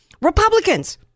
Republicans